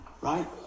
right